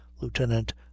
Lieutenant